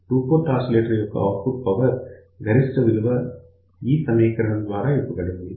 two port oscillator యొక్క output power గరిష్ట విలువ ఈ సమీకరణం ద్వారా ఇవ్వబడింది